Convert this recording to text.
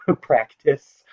practice